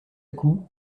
coup